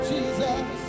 Jesus